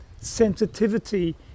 sensitivity